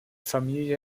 familie